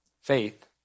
Faith